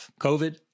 COVID